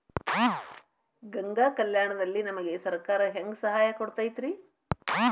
ಗಂಗಾ ಕಲ್ಯಾಣ ದಲ್ಲಿ ನಮಗೆ ಸರಕಾರ ಹೆಂಗ್ ಸಹಾಯ ಕೊಡುತೈತ್ರಿ?